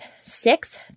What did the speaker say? six